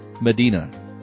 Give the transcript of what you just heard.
Medina